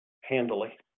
handily